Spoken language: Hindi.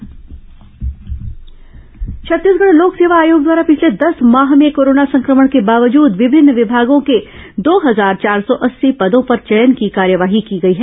लोक सेवा आयोग परीक्षा छत्तीसगढ़ लोक सेवा आयोग द्वारा पिछले दस माह में कोरोना संक्रमण के बावजूद विभिन्न विभागों के दो हजार चार सौ अस्सी पदों पर चयन की कार्यवाही की गई है